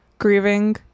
grieving